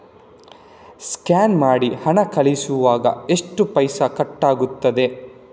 Scan ಮಾಡಿ ಹಣ ಕಳಿಸುವಾಗ ಎಷ್ಟು ಪೈಸೆ ಕಟ್ಟಾಗ್ತದೆ?